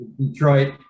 Detroit